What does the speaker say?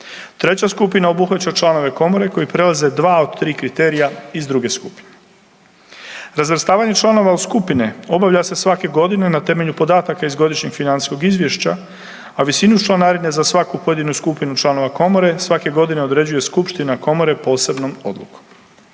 Treća skupina obuhvaća članove komore koji prelaze dva od tri kriterija iz druge skupine. Razvrstavanje članova u skupine obavlja se svake godine na temelju podataka iz godišnjeg financijskog izvješća, a visinu članarine za svaku pojedinu skupinu članova komore svake godine određuje Skupština komore posebnom odlukom.